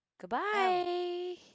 goodbye